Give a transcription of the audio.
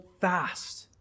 fast